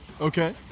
Okay